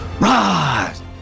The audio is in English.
rise